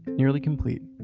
nearly complete, and